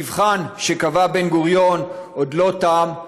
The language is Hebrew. המבחן שקבע בן-גוריון עוד לא תם,